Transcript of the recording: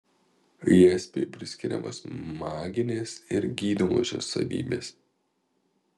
jaspiui priskiriamos maginės ir gydomosios savybės